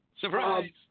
Surprise